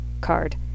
card